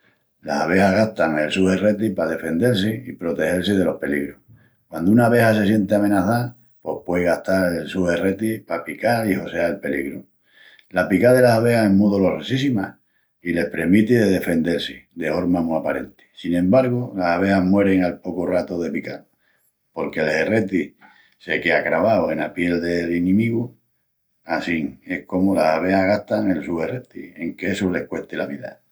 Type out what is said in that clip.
Las abejas gastan el su herreti pa defendel-si i protegel-si delos peligrus. Quandu una abeja se sienti amenazá, pos puei gastal el su herreti pa pical i hosseal el peligru. La picá delas abejas es mu dolorosíssima i les premiti de defendel-si de horma mu aparenti. Sin embargu, las abejas muerin al pocu ratu de pical, porque'l herreti se quea cravau ena piel del inimigu. Assín es comu las abejas gastan el su herreti, enque essu les cuesti la vida.